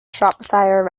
shropshire